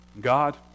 God